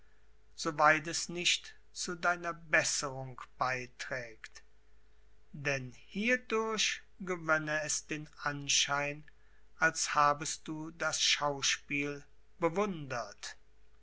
weit es nicht zu deiner besserung beiträgt denn hiedurch gewönne es den anschein als habest du das schauspiel bewundert